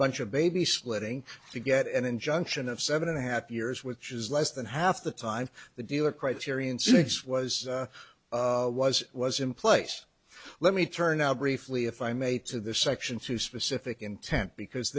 bunch of baby splitting to get an injunction of seven and a half years which is less than half the time the dealer criterion six was was was in place let me turn now briefly if i may to the section two specific intent because